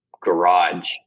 garage